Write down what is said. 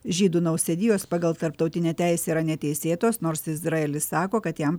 žydų nausėdijos pagal tarptautinę teisę yra neteisėtos nors izraelis sako kad jam